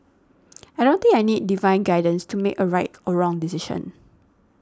I don't think I need divine guidance to make a right or wrong decision